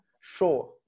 sure